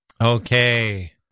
Okay